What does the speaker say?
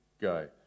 go